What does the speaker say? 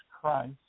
Christ